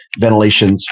ventilations